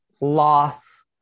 loss